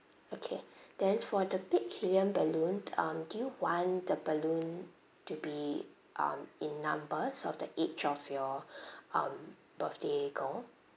okay then for the big helium balloon um do you want the balloon to be um in numbers of the age of your um birthday girl